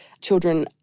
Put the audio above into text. children